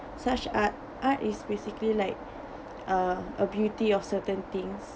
such art art is basically like uh a beauty of certain things